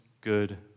good